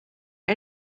our